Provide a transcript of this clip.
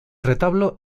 retablo